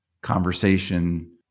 conversation